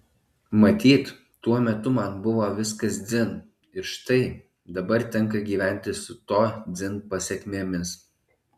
matyt tuo metu man buvo viskas dzin ir štai dabar tenka gyventi su to dzin pasekmėmis